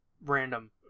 random